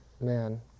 man